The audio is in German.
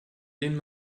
denen